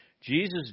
Jesus